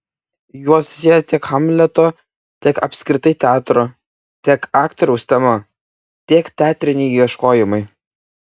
juos sieja tiek hamleto tiek apskritai teatro tiek aktoriaus tema tiek teatriniai ieškojimai